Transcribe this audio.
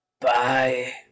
Bye